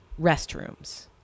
restrooms